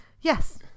Yes